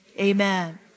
amen